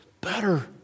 better